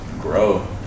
grow